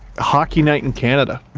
hockey night in canada.